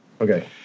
Okay